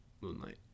Moonlight